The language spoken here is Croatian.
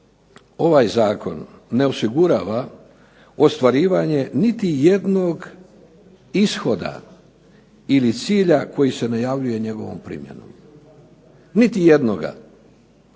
ovaj zakon ne osigurava ostvarivanje niti jednog ishoda ili cilja koji se najavljuje njegovom primjenom. Niti jednoga.